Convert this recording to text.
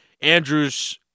Andrews